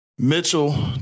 Mitchell